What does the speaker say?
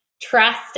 trust